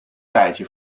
tijdje